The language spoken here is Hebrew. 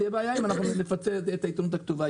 זו תהיה בעיה אם נפצה את העיתונות הכתובה.